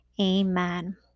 amen